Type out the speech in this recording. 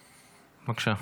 בבקשה.